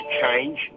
change